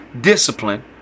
discipline